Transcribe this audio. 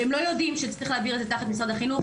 הם לא יודעים שצריך להעביר את זה תחת משרד החינוך,